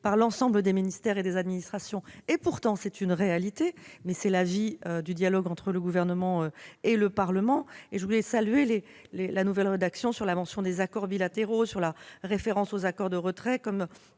par l'ensemble des ministères et des administrations. Et pourtant, c'est une réalité ! Mais telle est la vie du dialogue entre le Gouvernement et le Parlement ... J'approuve, dans la nouvelle rédaction, la mention des accords bilatéraux, la référence aux accords de retrait